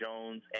Jones